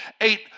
eight